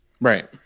Right